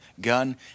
gun